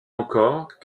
encore